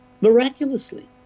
miraculously